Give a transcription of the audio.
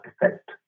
effect